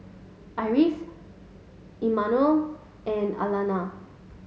Iris Immanuel and Alana